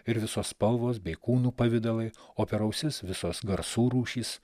ir visos spalvos bei kūnų pavidalai o per ausis visos garsų rūšys